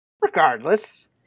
Regardless